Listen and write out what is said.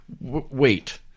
wait